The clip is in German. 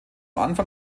anfang